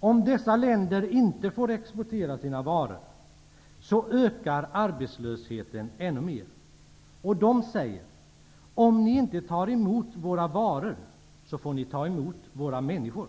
Om dessa länder inte får exportera sina varor ökar arbetslösheten ännu mer. De säger: Om ni inte tar emot våra varor, får ni ta emot våra människor.